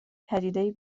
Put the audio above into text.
پدیدهای